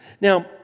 Now